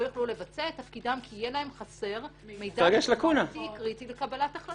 ולא יוכלו לבצע את תפקידם כי יהיה להם חסר מידע קריטי לקבלת החלטות.